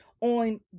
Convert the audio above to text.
on